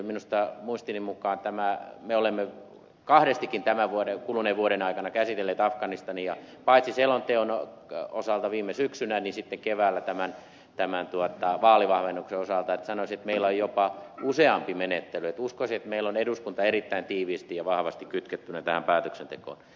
minusta muistini mukaan me olemme kahdestikin tämän kuluneen vuoden aikana käsitelleet afganistania paitsi selonteon osalta viime syksynä niin sitten keväällä tämän vaalivahvennuksen osalta että sanoisin että meillä on jopa useampi menettely että uskoisin että meillä on eduskunta erittäin tiiviisti ja vahvasti kytkettynä tähän päätöksentekoon